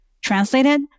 translated